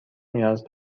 نیاز